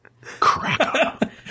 Cracker